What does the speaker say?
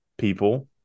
people